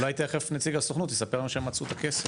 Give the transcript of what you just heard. אולי תכף נציג הסוכנות יספר לנו שהם מצא את הכסף.